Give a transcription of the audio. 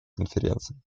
конференции